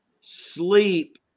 sleep